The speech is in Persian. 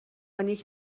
نیک